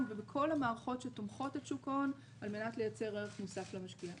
ובכל המערכות שתומכות את שוק ההון על מנת לייצר ערך מוסף למשקיעים.